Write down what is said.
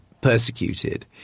persecuted